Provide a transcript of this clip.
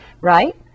Right